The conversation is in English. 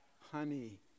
honey